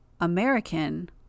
American